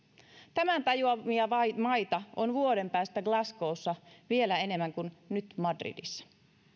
tämän tajuavia maita on vuoden päästä glasgowssa vielä enemmän kuin nyt madridissa